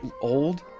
old